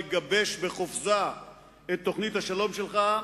לגבש בחופזה את תוכנית השלום שלך,